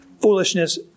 foolishness